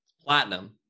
Platinum